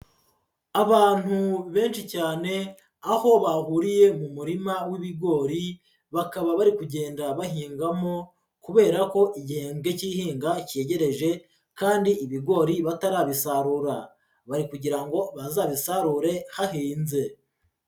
Abantu benshi cyane, aho bahuriye mu murima w'ibigori, bakaba bari kugenda bahingamo kubera ko igihembwe cy'ihinga cyegereje kandi ibigori batarabisarura. Bari kugira ngo bazabisarure hahinze.